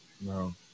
no